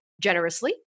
generously